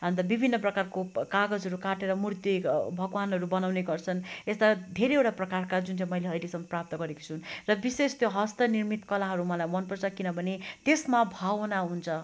अन्त विभिन्न प्रकारको कागजहरू काटेर मूर्ति भगवान्हरू बनाउने गर्छन् यस्ता धेरैवटा प्रकारका जुन चाहिँ मैले अहिलेसम्म प्राप्त गरेको छु र विशेष त्यो हस्तनिर्मित कलाहरू मलाई मनपर्छ किनभने त्यसमा भावना हुन्छ